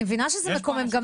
אני מבינה שזה מקומם.